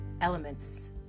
elements